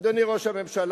אדוני ראש הממשלה,